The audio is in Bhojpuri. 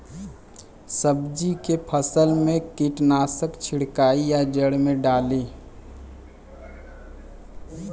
सब्जी के फसल मे कीटनाशक छिड़काई या जड़ मे डाली?